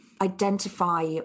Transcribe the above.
identify